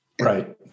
Right